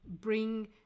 bring